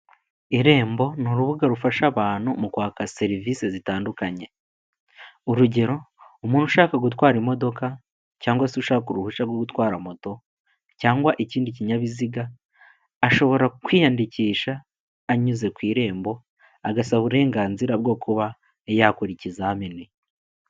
Irembo ni urubuga rufasha abantu mu kwaka serivisi zitandukanye. Urugero, umuntu ushaka gutwara imodoka cyangwa se ushaka uruhushya rwo gutwara moto, cyangwa ikindi kinyabiziga, ashobora kwiyandikisha anyuze ku Irembo, agasaba uburenganzira bwo kuba yakora ikizamini.